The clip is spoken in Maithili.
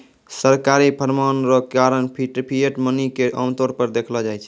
सरकारी फरमान रो कारण फिएट मनी के आमतौर पर देखलो जाय छै